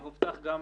הובטח גם